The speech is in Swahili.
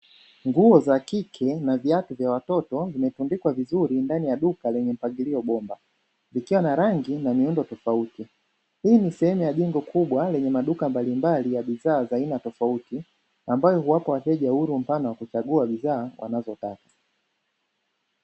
Nguo za kike na viatu vya watoto vimetundikwa vizuri ndani duka lenye mpangilio bomba, vikiwa na rangi na miundo tofauti. Hii ni sehemu ya jengo kubwa lenye maduka mbalimbali ya bidhaa za aina tofauti ambayo huwapa wateja uhuru mpana wa kuchagua bidhaa wanazotaka.